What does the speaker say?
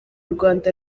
rwanda